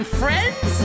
friends